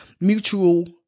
mutual